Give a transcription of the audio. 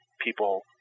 people